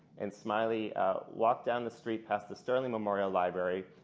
and smiley walked down the street passed the sterling memorial library,